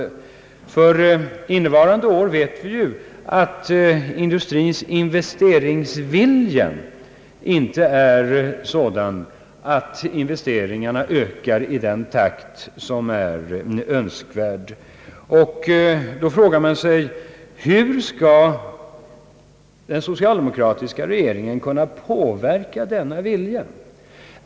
När det gäller innevarande år vet vi, att industrins investeringsvilja inte är sådan att investeringarna ökar i önskvärd takt. Då frågar man sig: Hur skall den socialdemokratiska regeringen kunna påverka denna vilja?